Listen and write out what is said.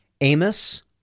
Amos